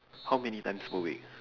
how many times per week